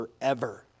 forever